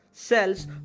cells